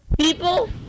people